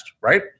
right